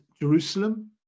Jerusalem